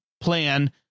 plan